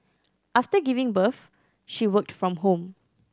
after giving birth she worked from home